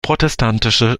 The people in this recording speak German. protestantische